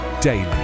daily